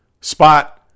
spot